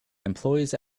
employees